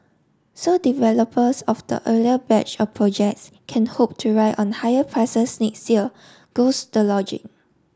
so developers of the earlier batch of projects can hope to ride on higher prices next year goes the logic